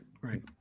right